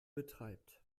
betreibt